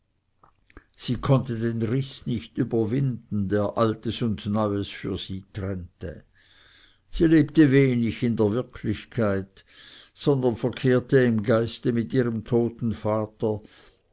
sie konnte den riß nicht überwinden der altes und neues für sie trennte sie lebte wenig in der wirklichkeit sondern verkehrte im geiste mit ihrem toten vater